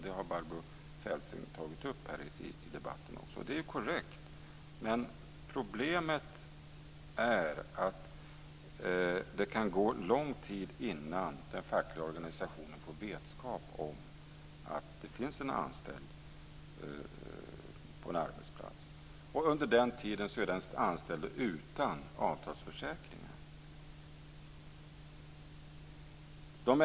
Det har Barbro Feltzing också tagit upp här i debatten. Det är korrekt. Problemet är att det kan gå lång tid innan den fackliga organisationen får vetskap om att det finns en anställd på en arbetsplats. Under den tiden är den anställde utan avtalsförsäkringar.